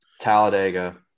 Talladega